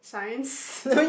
science